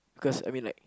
cause I mean like